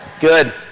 Good